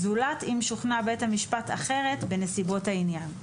זולת אם שוכנע בית המשפט אחרת בנסיבות העניין.